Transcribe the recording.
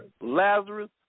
Lazarus